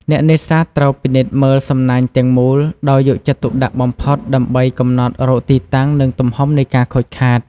អ្នកនេសាទត្រូវពិនិត្យមើលសំណាញ់ទាំងមូលដោយយកចិត្តទុកដាក់បំផុត ដើម្បីកំណត់រកទីតាំងនិងទំហំនៃការខូចខាត។